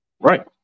Right